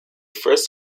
first